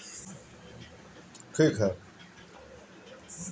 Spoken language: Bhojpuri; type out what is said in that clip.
अजवाईन मसूड़ा के सुजन भी कम करेला